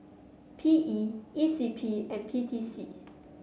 P E E C P and P T C